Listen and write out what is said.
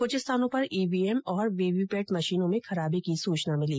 क्छ स्थानों पर ईवीएम और वीवीपीएटी मषीनों में खराबी की सूचना मिली